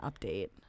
update